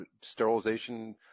sterilization